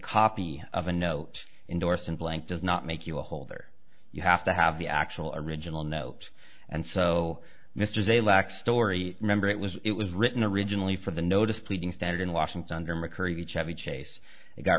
copy of a note indorsed in blank does not make you a holder you have to have the actual original note and so mr de lack story remember it was it was written originally for the notice pleading standard in washington or mccurry chevy chase it got